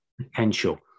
potential